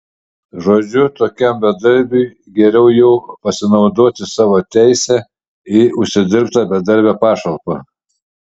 žodžiu tokiam bedarbiui geriau jau pasinaudoti savo teise į užsidirbtą bedarbio pašalpą